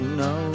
no